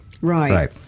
Right